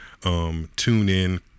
tune-in